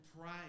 pray